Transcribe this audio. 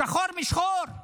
שחור משחור.